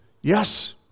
yes